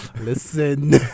listen